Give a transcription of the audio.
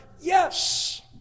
Yes